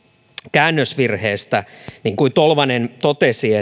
käännösvirheestä niin kuin tolvanen totesi